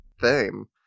theme